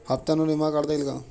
हप्त्यांवर विमा काढता येईल का?